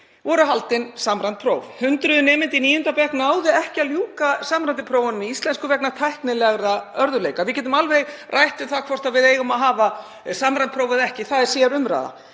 voru haldin samræmd próf. Hundruð nemenda í níunda bekk náðu ekki að ljúka samræmdu prófunum í íslensku vegna tæknilegra örðugleika. Við getum alveg rætt um það hvort við eigum að hafa samræmd próf eða ekki, það er sérumræða.